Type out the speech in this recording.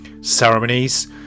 ceremonies